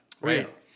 Right